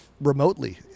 remotely